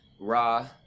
raw